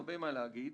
התקציב".